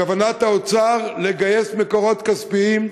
כוונת האוצר, לגייס מקורות כספיים,